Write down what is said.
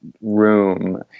room